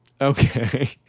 Okay